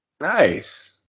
Nice